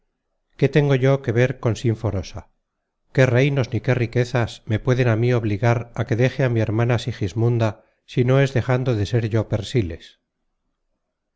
qué tengo yo que ver con sinforosa qué reinos ni qué riquezas me pueden á mi obligar á que deje a mi hermana sigismunda si no es dejando de ser yo persiles